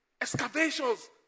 excavations